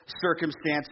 circumstances